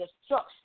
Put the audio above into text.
destruction